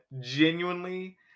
genuinely